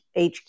HQ